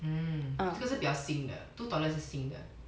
hmm 这个是比较新的 two toilets 是新的